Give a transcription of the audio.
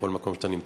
בכל מקום שאתה נמצא.